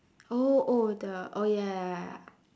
oh oh the oh ya ya ya ya